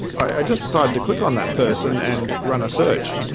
i just started to click on that person and run a search,